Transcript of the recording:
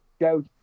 go